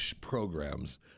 programs